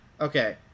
Okay